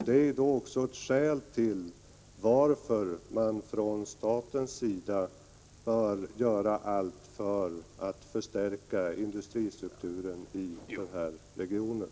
Det är också ett skäl till att man från statens sida bör göra allt för att förstärka industristrukturen i den här regionen.